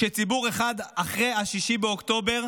שציבור אחד אחרי 6 באוקטובר